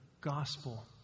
gospel